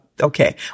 okay